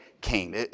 came